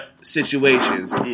situations